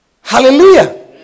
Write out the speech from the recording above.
Hallelujah